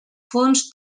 fons